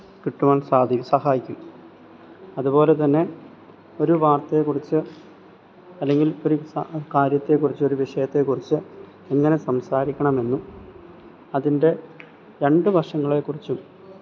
കിട്ടുവാന് സാധിക്കും സഹായിക്കും അതുപോലെ തന്നെ ഒരു വാര്ത്തയെക്കുറിച്ച് അല്ലെങ്കില് ഒരു സ കാര്യത്തെക്കുറിച്ചൊരു വിഷയത്തെക്കുറിച്ച് എങ്ങനെ സംസാരിക്കണമെന്നും അതിന്റെ രണ്ട് വശങ്ങളെക്കുറിച്ചും